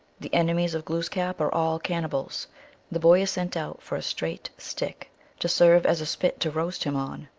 the enemies of glooskap are all cannibals the boy is sent out for a straight stick to serve as a spit to roast him on.